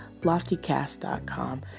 LoftyCast.com